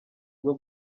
bwo